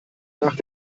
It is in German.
nach